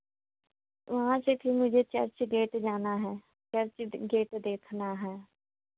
वहाँ से फिर मुझे चर्च गेट जाना है चर्च गेट देखना है